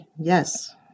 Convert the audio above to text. Yes